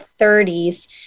30s